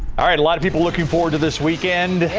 all right a lot of people looking forward to this weekend.